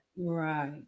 Right